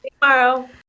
Tomorrow